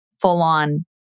full-on